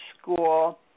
school